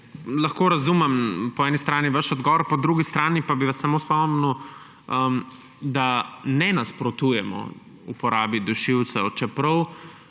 lahko razumem po eni strani vaš odgovor, po drugi strani pa bi vas samo spomnil, da ne nasprotujemo uporabi dušilcev, čeprav